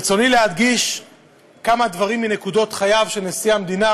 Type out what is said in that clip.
ברצוני להדגיש כמה דברים מנקודות חייו של נשיא המדינה,